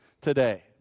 today